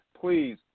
Please